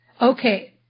okay